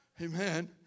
Amen